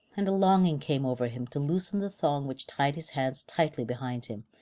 and a longing came over him to loosen the thong which tied his hands tightly behind him,